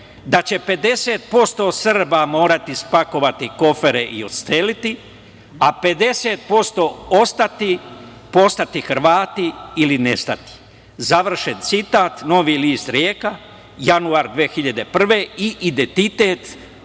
da će 50% Srba morati spakovati kofere i odseliti se, a 50% ostati, postati Hrvati ili nestati, završen citat, „Novi list“ Rijeka, januar 2001. godine i identitet časopis